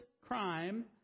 crime